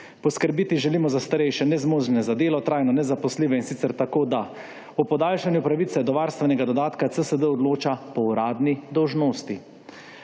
Poskrbeti želimo za starejše, nezmožne za delo, trajno nezaposljive in sicer tako, da ob podaljšanju pravice do varstvenega dodatka CDS odloča po uradni dolžnosti.